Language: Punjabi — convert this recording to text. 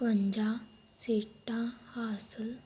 ਇਕਵੰਜਾ ਸੀਟਾਂ ਹਾਸਲ